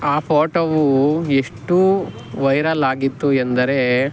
ಆ ಫೋಟೋವು ಎಷ್ಟು ವೈರಲ್ ಆಗಿತ್ತು ಎಂದರೆ